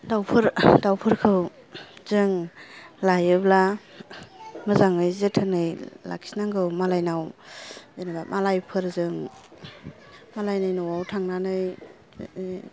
दाउ फोरखौ जों लायोब्ला मोजाङै जोथोनै लाखिनांगौ मालायनाव मालाय फोरजों मालायनि न'आव थांनानै